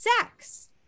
sex